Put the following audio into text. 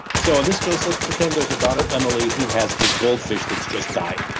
so and this case let's pretend there's a daughter, emily who has a goldfish that's just died.